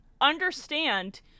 understand